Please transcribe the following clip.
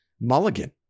mulligan